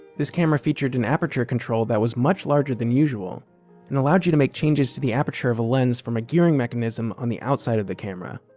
this camera featured an aperture control that was much larger than usual and allowed you to make changes to the aperture of a lens from a gearing mechanism mechanism on the outside of the camera.